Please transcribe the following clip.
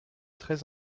très